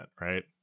right